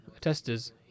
testers